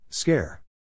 Scare